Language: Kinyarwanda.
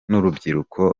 n’urubyiruko